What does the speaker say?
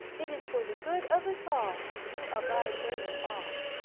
it is for the good of us all that you abide where you are.